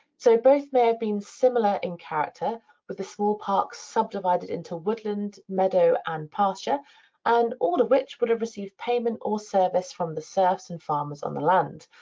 so both may have been similar in character with the small parks subdivided into woodland, meadow, and pasture and all of which would have received payment or service from the serfs and farmers on the land.